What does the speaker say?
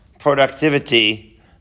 productivity